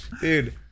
dude